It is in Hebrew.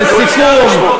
לסיכום,